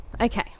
Okay